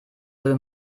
würde